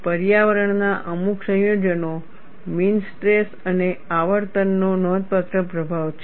પર્યાવરણ ના અમુક સંયોજનો મીન સ્ટ્રેસ અને આવર્તનનો નોંધપાત્ર પ્રભાવ છે